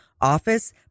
office